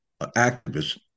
activists